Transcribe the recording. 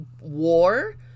war